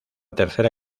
tercera